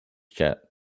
jet